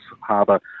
Harbour